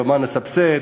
ומה נסבסד,